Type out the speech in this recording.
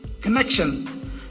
connection